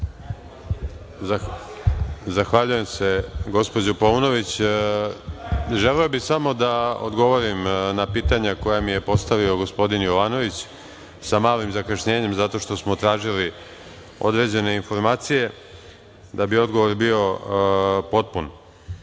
Zahvaljujem se, gospođo Paunović. Želeo bi samo da odgovorim na pitanja koja mi je postavio gospodin Jovanović sa malim zakašnjenjem zato što smo potražili određene informacije da bi odgovor bio potpun. Što